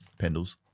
Pendles